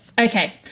Okay